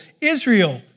Israel